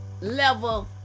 level